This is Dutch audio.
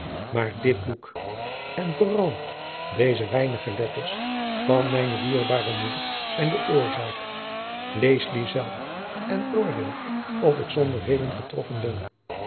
maar dit boek en vooral deze weinige letters van mijne dierbare moeder zijn de oorzaak lees die zelf en oordeel of ik zonder reden getroffen ben